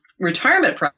Retirement